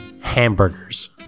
Hamburgers